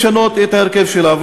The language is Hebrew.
לשנות את ההרכב שלה.